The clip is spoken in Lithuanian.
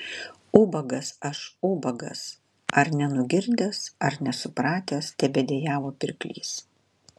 ubagas aš ubagas ar nenugirdęs ar nesupratęs tebedejavo pirklys